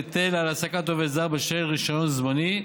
היטל על העסקת עובד זר בעל רישיון זמני),